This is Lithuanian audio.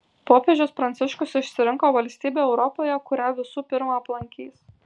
popiežius pranciškus išsirinko valstybę europoje kurią visų pirma aplankys